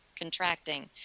Contracting